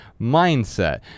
mindset